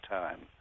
time